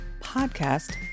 podcast